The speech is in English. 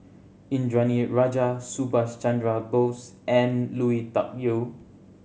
Indranee Rajah Subhas Chandra Bose and Lui Tuck Yew